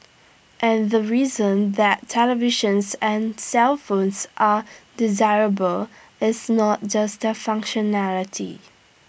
and the reason that televisions and cellphones are desirable is not just their functionality